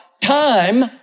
time